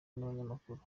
nabanyamakuru